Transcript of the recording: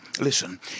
Listen